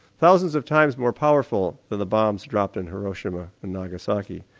thousands of times more powerful than the bombs dropped on hiroshima and nagasaki.